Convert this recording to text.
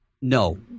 no